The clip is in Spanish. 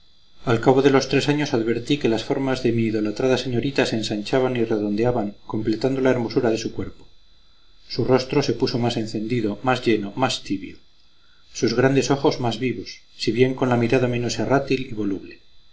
al cabo de lo tres años advertí que las formas de mi idolatrada señorita se ensanchaban y redondeaban completando la hermosura de su cuerpo su rostro se puso más encendido más lleno más tibio sus grandes ojos más vivos si bien con la mirada menos errátil y voluble